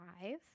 five